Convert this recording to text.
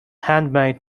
handmade